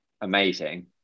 amazing